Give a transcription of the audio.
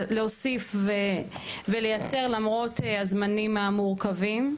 להוסיף ולייצר למרות הזמנים המורכבים.